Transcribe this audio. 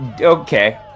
Okay